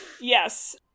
Yes